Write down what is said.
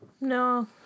No